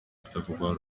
kutavugwaho